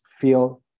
feel